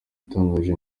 itangaje